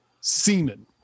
semen